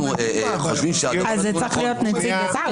אנחנו חושבים --- אז הוא צריך להיות נציג השר?